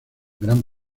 gran